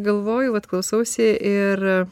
galvojau vat klausausi ir